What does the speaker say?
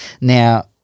Now